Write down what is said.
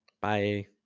Bye